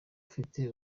ifite